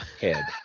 head